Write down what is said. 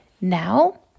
Now